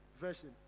version